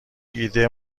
ایده